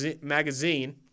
Magazine